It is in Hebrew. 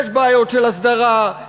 יש בעיות של הסדרה,